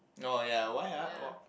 oh ya why ah